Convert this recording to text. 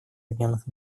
объединенных